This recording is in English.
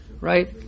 right